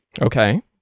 Okay